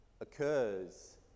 occurs